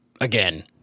again